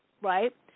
right